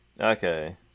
Okay